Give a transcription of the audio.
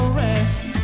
rest